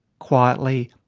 quietly,